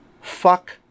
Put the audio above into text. fuck